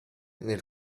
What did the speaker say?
nel